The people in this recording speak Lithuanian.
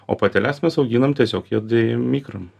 o pateles mes auginam tiesiog juodiejiem ikram